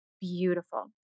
beautiful